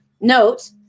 Note